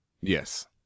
Yes